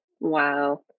Wow